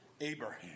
Abraham